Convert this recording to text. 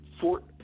Fort